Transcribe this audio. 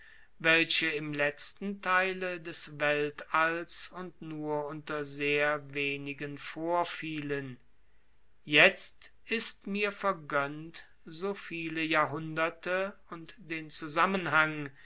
welche im letzten theile des weltalls und nur unter sehr wenigen vorfielen jetzt ist mir vergönnt so viele jahrhunderte und den zusammenhang